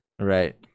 Right